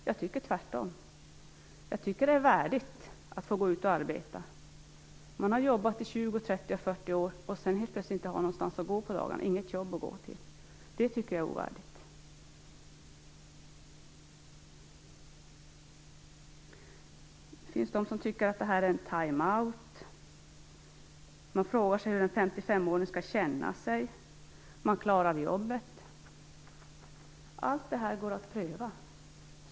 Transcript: Jag tycker tvärtom att det är värdigt att få arbeta. Att någon som har jobbat i 20-40 år plötsligt inte har något jobb att gå till på dagarna tycker jag däremot är ovärdigt. Det finns de som tycker att det här är time out. De frågar sig hur en 55-åring skall känna sig, om han klarar jobbet. Allt det här går att pröva.